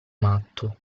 matto